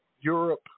Europe